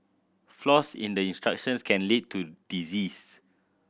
flaws in the instructions can lead to disease